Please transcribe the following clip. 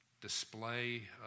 display